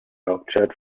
hauptstadt